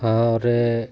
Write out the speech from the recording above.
ᱴᱷᱟᱶ ᱨᱮ